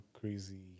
crazy